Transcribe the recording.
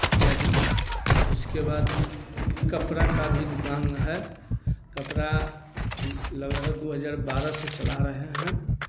इत्यादि उसके बाद कपड़ा का भी दुकान है कपड़ा लगभग दो हजार बारह से चला रहे हैं